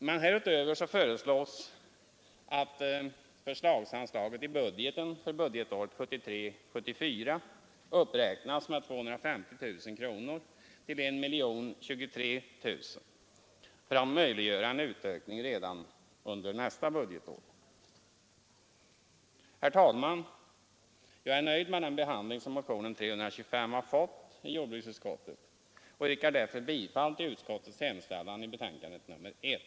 Men härutöver begärs att förslagsanslaget i budgeten för budgetåret 1973/74 uppräknas med 250 000 kronor till 1023 000 kronor för att möjliggöra en utökning redan under nästa budgetår. Herr talman! Jag är nöjd med den behandling som motionen 325 fått i jordbruksutskottet och yrkar därför bifall till utskottets hemställan under punkten 2 i betänkande nr 1.